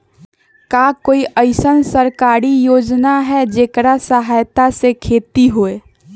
का कोई अईसन सरकारी योजना है जेकरा सहायता से खेती होय?